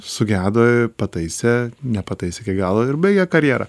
sugedo pataisė nepataisė iki galo ir baigė karjerą